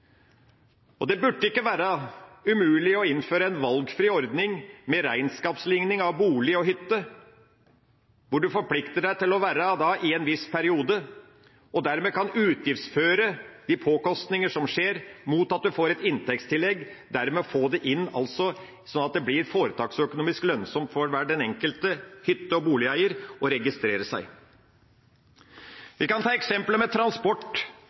Det burde ikke være umulig å innføre en valgfri ordning med regnskapsligning av bolig og hytte, hvor man forplikter seg til å være i en viss periode. Så kan man utgiftsføre de påkostninger som skjer, mot at man får et inntektstillegg og dermed får det inn – altså sånn at det blir foretaksøkonomisk lønnsomt for den enkelte hytte- og boligeier å registrere seg. Vi kan ta eksempelet med transport.